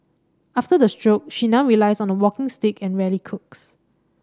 after the stroke she now relies on a walking stick and rarely cooks